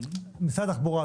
משרד התחבורה,